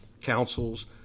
councils